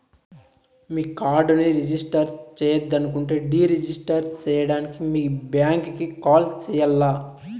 మీ కార్డుని రిజిస్టర్ చెయ్యొద్దనుకుంటే deregister సేయడానికి మీ బ్యాంకీకి కాల్ సెయ్యాల్ల